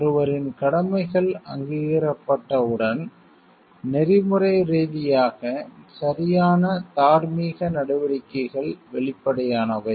ஒருவரின் கடமைகள் அங்கீகரிக்கப்பட்டவுடன் நெறிமுறை ரீதியாக சரியான தார்மீக நடவடிக்கைகள் வெளிப்படையானவை